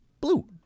blue